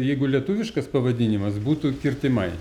jeigu lietuviškas pavadinimas būtų kirtimai